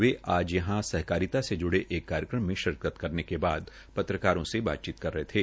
यहा आज सहकारिता से जुड़े एक कार्यक्रम में शिरक्त करने के बाद पत्रकारों से बातचीत कर रहे थे